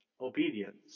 obedience